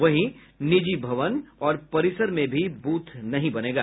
वहीं निजी भवन और परिसर में भी बूथ नहीं बनेगा